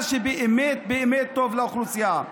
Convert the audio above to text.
מה שבאמת באמת טוב לאוכלוסייה.